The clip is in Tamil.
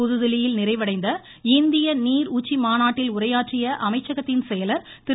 புதுதில்லியில் நிறைவடைந்த இந்திய நீர் உச்சி மாநாட்டில் உரையாற்றிய அமைச்சகத்தின் செயலர் திரு